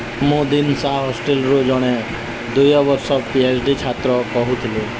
ମୁଁ ଦିସାଂ ହଷ୍ଟେଲ୍ରୁ ଜଣେ ଦୁୟ ବର୍ଷ ପି ଏଚ୍ ଡ଼ି ଛାତ୍ର କହୁଥିଲି